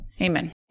Amen